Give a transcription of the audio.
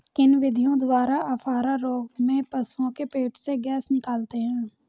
किन विधियों द्वारा अफारा रोग में पशुओं के पेट से गैस निकालते हैं?